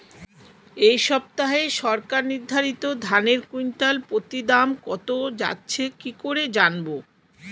এই সপ্তাহে সরকার নির্ধারিত ধানের কুইন্টাল প্রতি দাম কত যাচ্ছে কি করে জানবো?